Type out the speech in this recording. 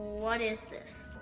what is this?